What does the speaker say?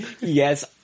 Yes